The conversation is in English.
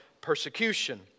persecution